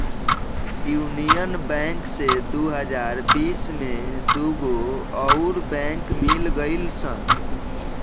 union Bank से दू हज़ार बिस में दूगो अउर बैंक मिल गईल सन